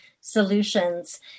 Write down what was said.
solutions